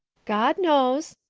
god knows,